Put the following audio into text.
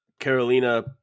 Carolina